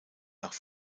nach